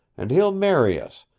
and he'll marry us,